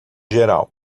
geral